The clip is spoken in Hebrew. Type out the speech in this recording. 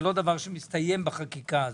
זה לא דבר שמסתיים בחקיקה הזאת.